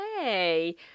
Hey